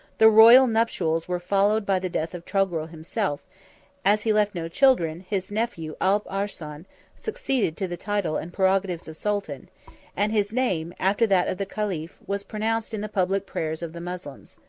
the royal nuptials were followed by the death of togrul himself as he left no children, his nephew alp arslan succeeded to the title and prerogatives of sultan and his name, after that of the caliph, was pronounced in the public prayers of the moslems.